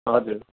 हजुर